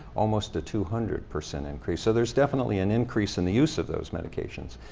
almost a two hundred percent increase, so there's definitely an increase in the use of those medications.